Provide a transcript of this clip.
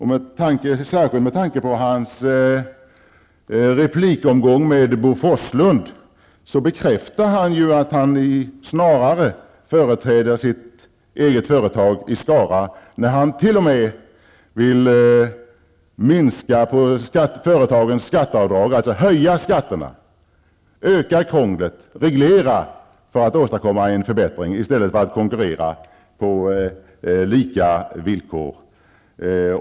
Hans replikomgång med Bo Forslund bekräftar ju att han snarare företräder sitt eget företag i Skara, eftesom han t.o.m. vill minska företagens skatteavdrag, alltså höja skatterna, öka krånglet och reglera för att åstadkomma en förbättring i stället för att konkurrera på lika villkor.